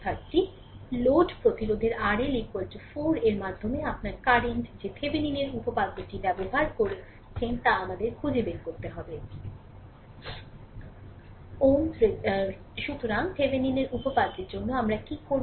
সুতরাং লোভ প্রতিরোধের RL 4 এর মাধ্যমে আপনার কারেন্ট যে থেভিনিনের উপপাদ্যটি ব্যবহার করছেন তা আমাদের খুঁজে বের করতে হবে Ω সুতরাং থেভেনিনের উপপাদ্যের জন্য আমরা কী করব